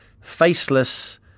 faceless